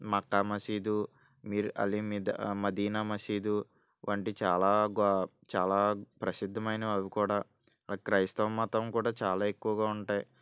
మక్కా మసీదు మిర్ అలి మీద్ మదీనా మసీదు వంటి చాలా గొ చాలా ప్రసిద్ధమైనవి అవి కూడా క్రైస్తవ మతం కూడా చాలా ఎక్కువగా ఉంటాయి